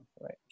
right